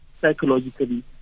psychologically